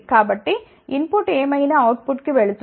కాబట్టి input ఏమైనా output కు వెళుతుంది